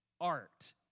art